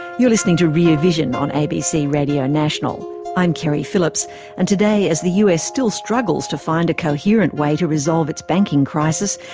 you're listening to rear vision on abc radio national i'm keri phillips and today as the us still struggles to find a coherent way to resolve its banking crisis,